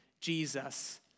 Jesus